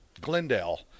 Glendale